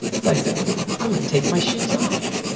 so i said i'm going to take my shoes off.